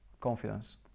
confidence